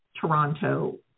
Toronto